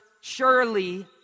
surely